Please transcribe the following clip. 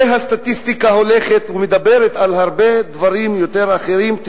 הסטטיסטיקה הולכת ומדברת על הרבה דברים אחרים: